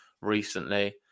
recently